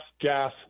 gas